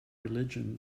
religion